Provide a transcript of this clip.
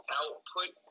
output